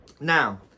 Now